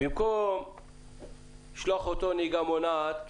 ובמקום לשלוח אותו לנהיגה מונעת,